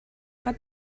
what